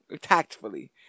tactfully